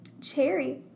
Cherry